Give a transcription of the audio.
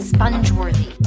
Sponge-worthy